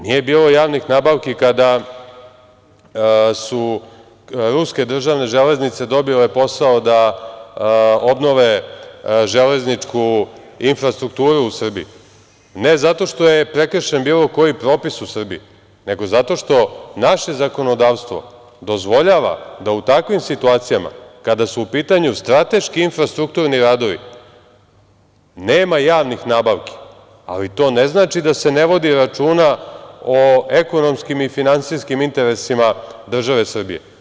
Nije bilo javnih nabavki kada su „Ruske državne železnice“ dobile posao da obnove železničku infrastrukturu u Srbiji ne zato što je prekršen bilo koji propis u Srbiji, nego zato što naše zakonodavstvo da u takvim situacijama, kada su u pitanju strateški infrastrukturni radovi, nema javnih nabavki, ali to ne znači da se ne vodi računa o ekonomskim i finansijskim interesima države Srbije.